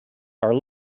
are